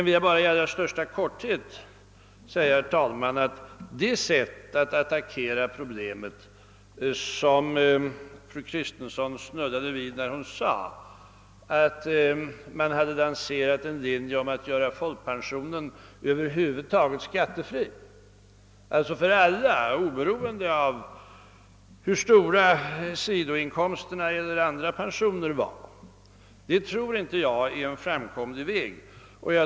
I allra största korthet, herr talman, vill jag påpeka att den metod att attackera problemet som fru Kristensson snuddade vid. .— hon sade att: högern hade lanserat idén att göra folkpensionen helt skattefri för alla, oberoende av hur stora sidoinkomster. eller andra pensioner någon. kunde ha — inte förefaller mig vara en framkomlig väg.